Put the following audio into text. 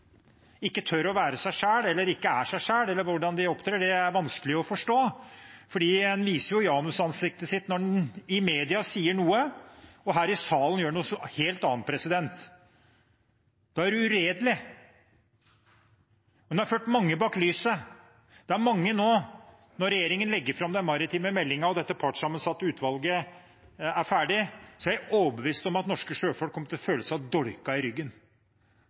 ikke tør å være seg selv – eller ikke er seg selv eller hvordan de nå opptrer – er vanskelig å forstå, for en viser janusansiktet sitt når en i mediene sier noe og her i salen gjør noe helt annet. Da er en uredelig – en har ført mange bak lyset. Når regjeringen legger fram den maritime meldingen og dette partssammensatte utvalget er ferdig, er jeg overbevist om at norske sjøfolk kommer til å føle seg dolket i ryggen